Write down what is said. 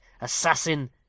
Assassin